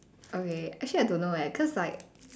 okay actually I don't know eh cause like